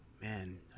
man